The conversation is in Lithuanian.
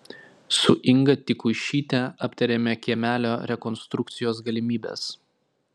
su inga tikuišyte aptarėme kiemelio rekonstrukcijos galimybes